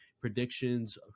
predictions